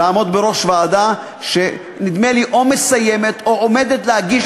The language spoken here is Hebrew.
לעמוד בראש ועדה שנדמה לי או מסיימת או עומדת להגיש,